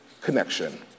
connection